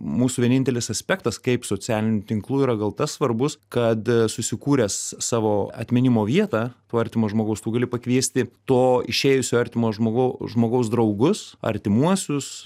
mūsų vienintelis aspektas kaip socialinių tinklų yra gal tas svarbus kad susikūręs savo atminimo vietą to artimo žmogaus tu gali pakviesti to išėjusio artimo žmogau žmogaus draugus artimuosius